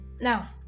now